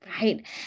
Right